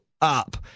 up